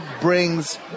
brings